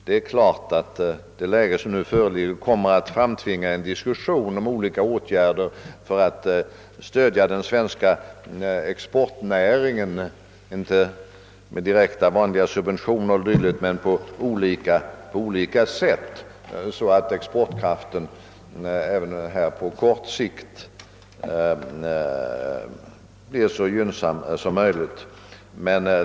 Det är givet att det läge som nu föreligger håller på att framtvinga en diskussion om olika åtgärder för att stödja den svenska exportnäringen, inte med direkta subventioner och dylikt utan på andra sätt, så att exportkraften även på kort sikt blir tillräckligt gynnsam.